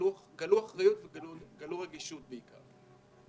גלו אחריות וגלו רגישות בעיקר.